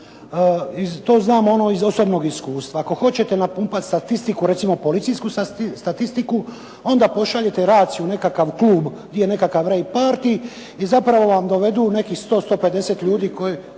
To znam ono iz osobnog iskustva. Ako hoćete napumpati statistiku recimo policijsku statistiku, onda pošaljete raciju u nekakav klub gdje je nekakav rave party i zapravo vam dovedu nekih 100, 150 ljudi koji